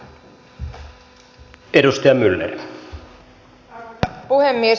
arvoisa puhemies